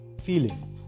feeling